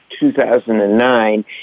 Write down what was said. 2009